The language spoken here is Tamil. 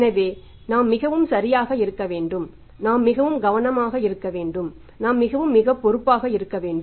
எனவே நாம் மிகவும் சரியாக இருக்க வேண்டும் நாம் மிகவும் கவனமாக இருக்க வேண்டும் நாம் மிக மிக பொறுப்பாக இருக்க வேண்டும்